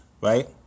right